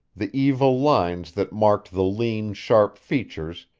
the evil lines that marked the lean, sharp features,